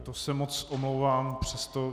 To se moc omlouvám, přesto...